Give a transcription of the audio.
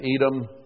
Edom